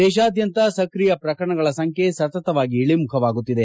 ದೇಶಾದ್ಯಂತ ಸಕ್ರಿಯ ಪ್ರಕರಣಗಳ ಸಂಖ್ಯೆ ಸತತವಾಗಿ ಇಳಿಮುಖವಾಗುತ್ತಿದೆ